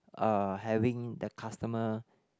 uh having the customer